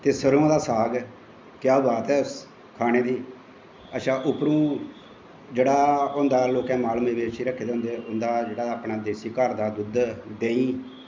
ते सरेआं दा साग क्या बात ऐ खानें दी ते उप्परा दे लोकें जोेह्ड़ा माल मवेशी रक्खे दे होंदे उंदा जेह्ड़ा अपनें देस्सी घर दा दुध्द देहीं